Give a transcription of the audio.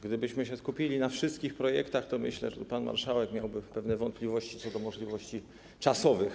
Gdybyśmy się skupili na wszystkich projektach, to myślę, że pan marszałek miałby pewne wątpliwości co do możliwości czasowych.